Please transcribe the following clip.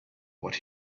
what